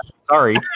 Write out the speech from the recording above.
Sorry